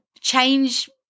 change